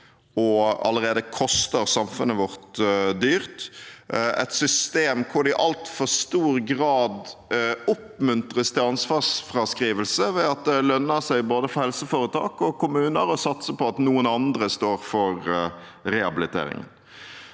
og allerede koster, samfunnet vårt dyrt, et system hvor det i altfor stor grad oppmuntres til ansvarsfraskrivelse ved at det lønner seg både for helseforetak og kommuner å satse på at noen andre står for rehabilitering.